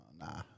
Nah